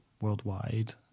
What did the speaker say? worldwide